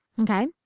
Okay